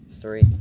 three